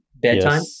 bedtime